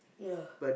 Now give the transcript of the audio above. ya